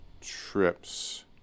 trips